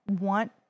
want